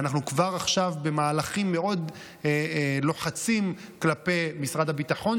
ואנחנו כבר עכשיו במהלכים מאוד לוחצים כלפי משרד הביטחון,